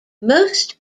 most